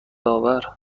آور